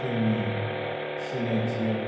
जोंनि सिनायथिया